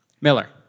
Miller